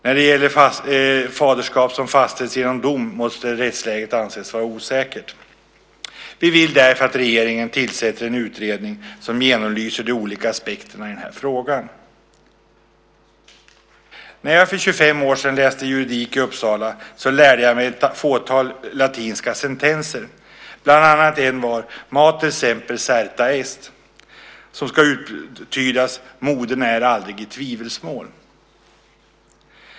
När det gäller faderskap som fastställts genom dom måste rättsläget anses vara osäkert. Vi vill därför att regeringen tillsätter en utredning som genomlyser de olika aspekterna i denna fråga. När jag för ca 25 år sedan läste juridik i Uppsala lärde jag mig ett fåtal latinska sentenser, bland annat att mater semper serta est , som ska uttydas: modern aldrig är i tvivelsmål.